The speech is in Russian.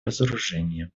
разоружения